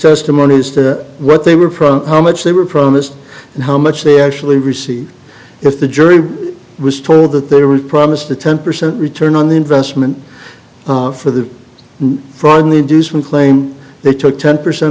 testimony as to what they were from how much they were promised and how much they actually received if the jury was told that they were promised a ten percent return on the investment for the new frontally do some claim they took ten percent